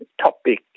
topic